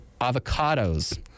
avocados